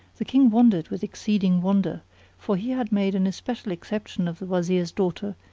the king wondered with exceeding wonder for he had made an especial exception of the wazir's daughter,